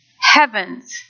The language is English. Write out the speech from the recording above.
heaven's